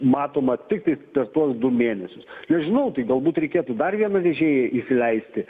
matoma tik tais per tuos du mėnesius nežinau tai galbūt reikėtų dar vieną vežėją įsileisti